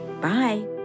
Bye